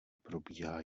probíhá